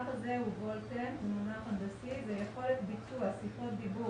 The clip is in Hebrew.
"VolTE" יכולת ביצוע שיחות דיבור